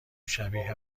شبیه